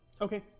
okay